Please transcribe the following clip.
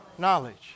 knowledge